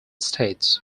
states